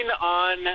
on